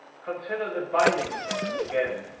consider the binding style. again,